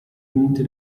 monti